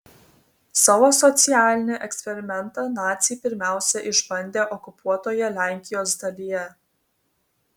savo socialinį eksperimentą naciai pirmiausia išbandė okupuotoje lenkijos dalyje